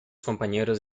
compañeros